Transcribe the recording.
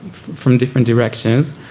from different directions.